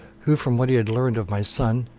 who, from what he had learnt of my son,